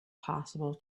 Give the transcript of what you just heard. possible